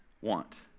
want